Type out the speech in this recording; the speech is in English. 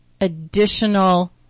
additional